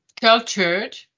cultured